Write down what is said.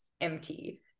empty